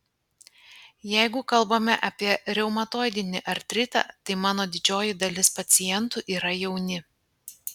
jeigu kalbame apie reumatoidinį artritą tai mano didžioji dalis pacientų yra jauni